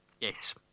Yes